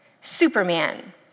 Superman